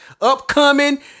upcoming